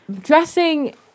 dressing